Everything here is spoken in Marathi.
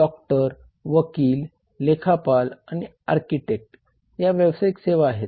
डॉक्टर वकील लेखापाल आणि आर्किटेक्ट या व्यावसायिक सेवा आहेत